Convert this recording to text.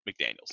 McDaniels